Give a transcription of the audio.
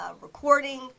recording